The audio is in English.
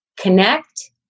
connect